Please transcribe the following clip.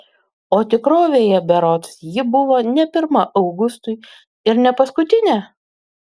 o tikrovėje berods ji buvo ne pirma augustui ir ne paskutinė